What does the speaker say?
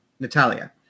Natalia